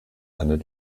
einer